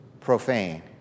profane